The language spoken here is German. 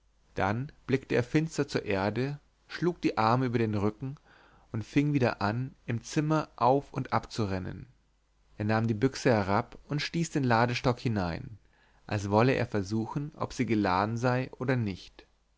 dann blickte er finster zur erde schlug die arme über den riicken und fing wieder an im zimmer auf und ab zu rennen er nahm die büchse herab und stieß den ladestock hinein als wolle er versuchen ob sie geladen sei oder nicht